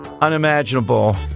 unimaginable